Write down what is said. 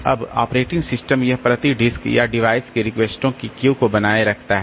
अब operating system यह प्रति डिस्क या डिवाइस के रिक्वेस्टों की क्यू को बनाए रखता है